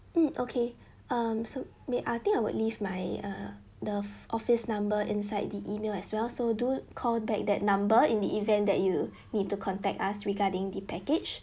mm okay um so may I think I would leave my uh the office number inside the email as well so do call back that number in the event that you need to contact us regarding the package